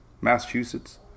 Massachusetts